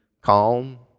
calm